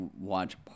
watch